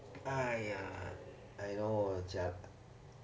!aiya! I know ah